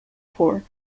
for